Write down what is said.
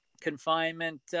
confinement